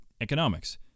economics